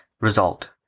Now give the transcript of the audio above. Result